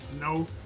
No